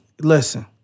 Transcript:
Listen